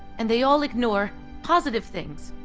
and they all ignore positive things.